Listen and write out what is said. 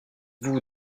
vous